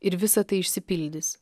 ir visa tai išsipildys